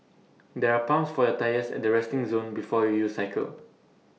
there are pumps for your tyres at the resting zone before you cycle